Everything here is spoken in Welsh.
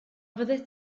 fyddet